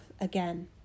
again